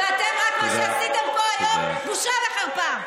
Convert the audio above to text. ואתם, מה שעשיתם פה היום, בושה וחרפה.